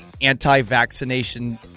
anti-vaccination